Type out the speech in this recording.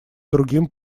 другим